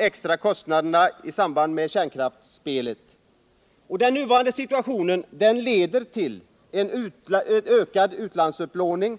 extra kostnader i samband med kärnkraftsspelet. Den nuvarande situationen leder till ökad utlandsupplåning.